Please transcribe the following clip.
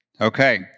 Okay